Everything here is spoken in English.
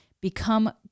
become